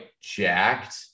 jacked